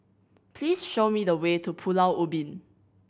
please show me the way to Pulau Ubin